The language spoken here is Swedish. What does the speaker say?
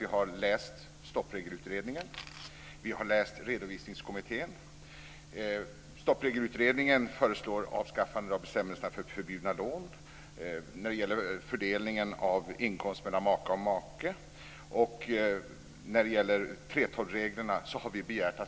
Vi har läst Stoppregelutredningens och Stoppregelutredningen föreslår ett avskaffande av bestämmelserna om förbjudna lån när det gäller fördelningen av inkomst mellan maka och make. Vi har också begärt ett förslag angående 3:12-reglerna.